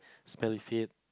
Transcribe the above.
smelly feet